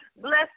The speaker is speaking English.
bless